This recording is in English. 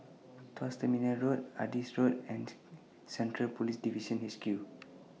Tuas Terminal Road Adis Road and Central Police Division H Q